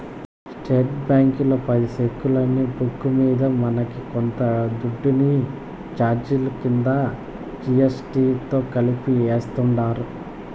state బ్యాంకీలో పది సెక్కులున్న బుక్కు మింద మనకి కొంత దుడ్డుని సార్జిలు కింద జీ.ఎస్.టి తో కలిపి యాస్తుండారు